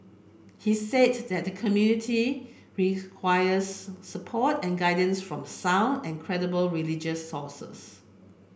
he said that the community requires support and guidance from sound and credible religious sources